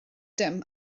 dim